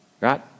Right